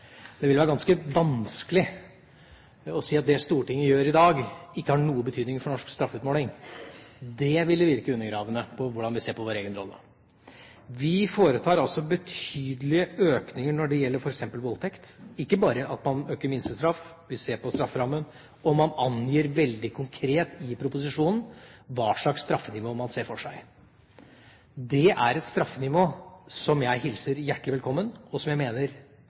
Det vil være ganske vanskelig å si at det Stortinget i dag gjør, ikke har noen betydning for norsk straffeutmåling. Det ville virke undergravende for hvordan vi ser på vår egen rolle. Vi foretar altså betydelige økninger når det gjelder f.eks. voldtekt, ikke bare ved at vi øker minstestraffen, men vi ser på strafferammen, og vi angir veldig konkret i proposisjonen hva slags straffenivå man ser for seg. Det er et straffenivå som jeg hilser hjertelig velkommen, og som jeg mener